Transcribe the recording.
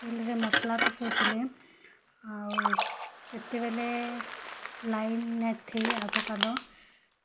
ଶିଲ୍ରେ ମସଲା ପେସଉ ଥିଲେ ଆଉ ଯେତେବେଳେ ଲାଇନ୍ ନେଇଥି ଆଗ କାଲ